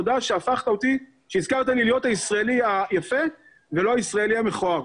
תודה שהזכרת לי להיות הישראלי היפה ולא הישראלי המכוער.